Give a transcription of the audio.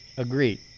Agreed